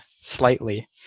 slightly